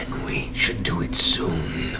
we should do it soon.